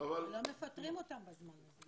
ולא מפטרים אותם בזמן הזה.